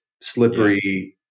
slippery